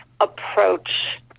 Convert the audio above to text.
approach